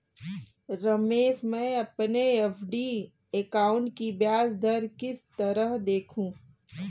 रमेश मैं अपने FD account की ब्याज दर किस तरह देखूं?